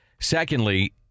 Secondly